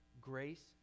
grace